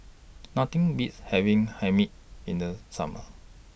Nothing Beats having Hae Mee in The Summer